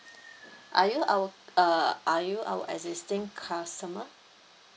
are you our uh are you our existing customer